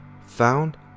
found